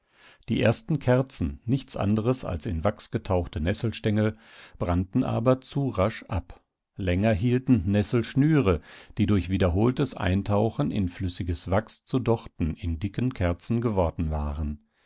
die ersten kerzen nichts anderes als in wachs getauchte nesselstengel brannten aber zu rasch ab länger hielten nesselschnüre die durch wiederholtes eintauchen in flüssiges wachs zu dochten in dicken kerzen geworden waren